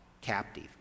captive